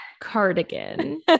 Cardigan